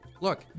Look